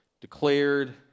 declared